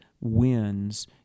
wins